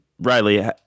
Riley